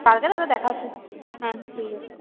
কালকে তাহলে দেখা হচ্ছে হ্যাঁ ঠিক আছে